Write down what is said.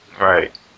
Right